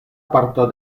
parto